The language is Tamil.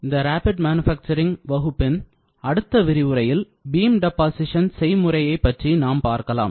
இந்த விரைவு உற்பத்தி வகுப்பின் அடுத்த விரிவுரையில் பீம் டெபாசிஷன் செய்முறையை பற்றி நாம் பார்க்கலாம்